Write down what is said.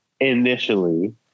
initially